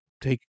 take